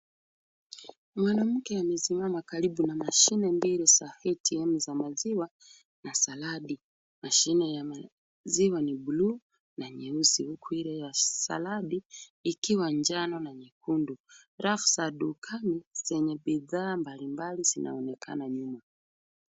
Mwanamke amesimama karibu na mashine mbili za ATM za maziwa na saladi . Mashine ya maziwa ni buluu na nyeusi, huku ile ya saladi ikiwa njano na nyekundu. Rafu za dukani zenye bidhaa mbalimbali zinaonekana nyuma.